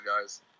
guys